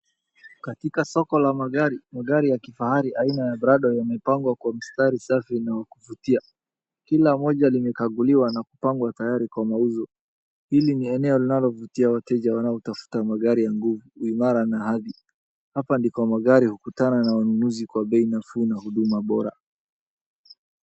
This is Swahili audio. Katika soko la magari magari ya kifahari aina ya Prado ambayo imepangwa kwa mstari safi na wakuvutia. Kila moja limekaguliwa na kupangwa tayari kwa mauzo. Hili ni eneo linalo lina vutia wateja wanaotafuta mgariya nguvu ya imara na ardhi hapo ndipo magari hukutana na wanunuzi kwa bei nafuu na huduma bora.